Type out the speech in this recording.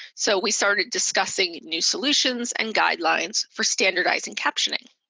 so we started discussing new solutions and guidelines for standardizing captioning.